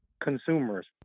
consumers